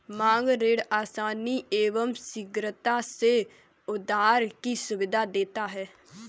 मांग ऋण आसानी एवं शीघ्रता से उधार की सुविधा देता है